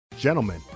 gentlemen